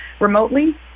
remotely